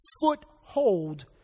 foothold